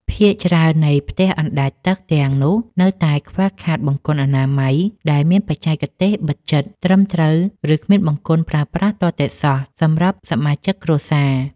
ភាគច្រើននៃផ្ទះអណ្តែតទឹកទាំងនោះនៅតែខ្វះខាតបង្គន់អនាម័យដែលមានបច្ចេកទេសបិទជិតត្រឹមត្រូវ ឬគ្មានបង្គន់ប្រើប្រាស់ទាល់តែសោះសម្រាប់សមាជិកគ្រួសារ។